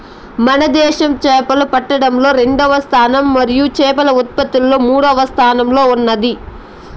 మన దేశం చేపలు పట్టడంలో రెండవ స్థానం మరియు చేపల ఉత్పత్తిలో మూడవ స్థానంలో ఉన్నాది